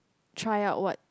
try out what